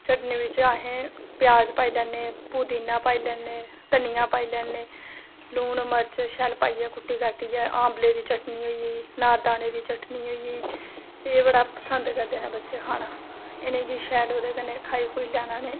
चटनी बिच असें प्याज़ पाई लैने पुदीना पाई लैने धनिया पाई लैने लून मर्च शैल पाइयै कुटी काटियै आंवले दी चटनी होई अनारदाने दी चटनी होई एह् बड़ा पसंद करदे न बच्चे खाना इनेंगी शैल ओह्दे कन्नै खाई लैन